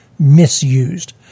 misused